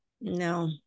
No